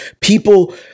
people